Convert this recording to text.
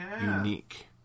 unique